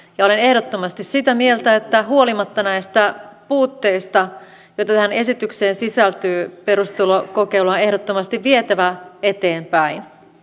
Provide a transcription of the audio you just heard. olen ehdottomasti sitä mieltä että huolimatta näistä puutteista joita tähän esitykseen sisältyy perustulokokeilua on ehdottomasti vietävä eteenpäin